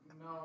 No